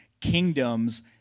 kingdoms